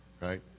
right